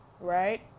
right